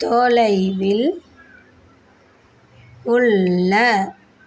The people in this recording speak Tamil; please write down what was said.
தொலைவில் உள்ள